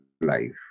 life